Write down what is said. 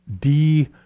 D-